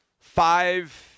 five